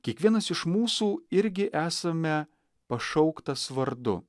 kiekvienas iš mūsų irgi esame pašauktas vardu